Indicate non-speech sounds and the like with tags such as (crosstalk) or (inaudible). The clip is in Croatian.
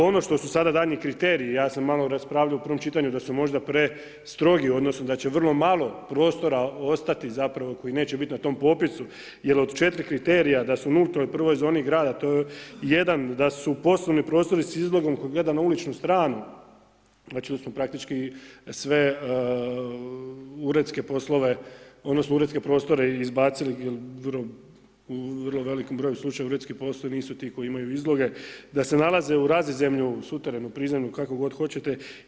Ono što su sada daljnji kriteriji, ja sam malo raspravljao u prvom čitanju da su možda prestrogi, odnosno da će vrlo malo prostora ostati zapravo koji neće biti na tom popisu jer od 4 kriterija da su u, ... (unintelligible) prvoj zoni grada, to je jedan da su poslovni prostori s izlogom koji gleda na uličnu stranu, znači da smo praktički sve uredske poslove, odnosno uredske prostore izbacili u vrlo velikom broju slučajeva uredski poslovi nisu ti koji imaju izloge, da se nalaze u razizemlju, suterenu, prizemlju, kako god hoćete.